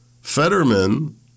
Fetterman